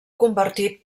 convertit